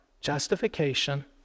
justification